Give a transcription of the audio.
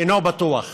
אינו בטוח?